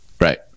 right